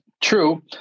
True